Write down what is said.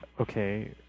Okay